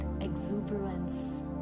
exuberance